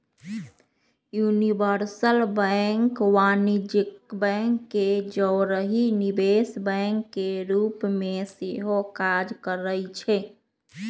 universal bank वाणिज्यिक bank के जौरही निवेश बैंक के रूप में सेहो काज करइ छै